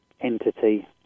entity